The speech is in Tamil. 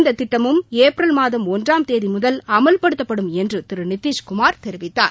இந்த திட்டமும் ஏப்ரல் மாதம் ஒன்றாம் தேதி முதல் அமல்படுத்தப்படும் என்று திரு நிதிஷ்குமார் தெரிவித்தார்